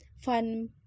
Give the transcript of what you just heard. fun